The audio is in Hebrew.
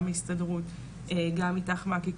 גם ההסתדרות גם "איתך מעכי".